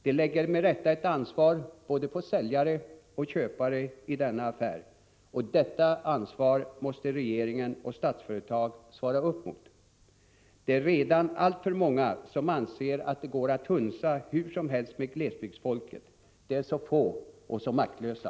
De lägger med rätta ett ansvar både på säljare och köpare i denna affär, och detta ansvar måste regeringen och Statsföretag svara upp mot. Det är redan alltför många som anser att det går att hunsa hur som helst med dem som tillhör glesbygdsfolket. De är så få och så maktlösa.